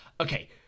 okay